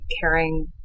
caring